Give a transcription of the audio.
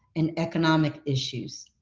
and economic issues.